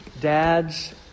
Dads